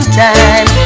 time